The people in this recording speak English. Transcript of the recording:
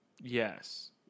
yes